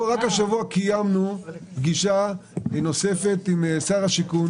רק השבוע קיימנו פגישה נוספת עם שר השיכון